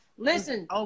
Listen